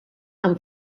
amb